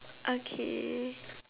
okay